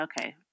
Okay